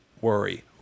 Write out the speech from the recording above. worry